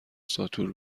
ساتور